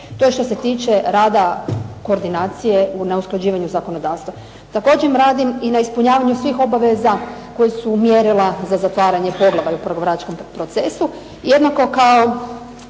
To je što se tiče rada koordinacije na usklađivanju zakonodavstva. Također radim i na ispunjavanju svih obaveza koja su mjerila za zatvaranje poglavlja u … /Govornica se ne razumije./…